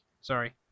Sorry